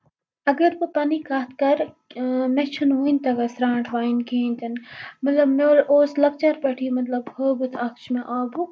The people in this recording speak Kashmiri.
اَگر بہٕ پَنٕنی کَتھ کرٕ مےٚ چھِنہٕ وٕنہِ تَگان سرانٹھ وایِنۍ کِہینۍ تہِ نہٕ مطلب مےٚ اوس لۄکٔچار پٮ۪ٹھٕے مطلب ہٲبَتھ اکھ چھُ مےٚ آبُک